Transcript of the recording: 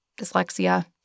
dyslexia